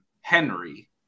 Henry